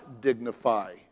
dignify